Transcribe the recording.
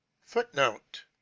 Footnote